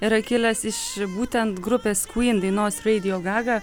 yra kilęs iš būtent grupės kvyn dainos reidijo gaga